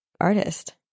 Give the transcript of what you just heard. artist